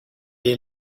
est